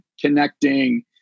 connecting